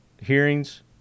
hearings